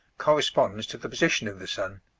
corresponds to the position of the sun.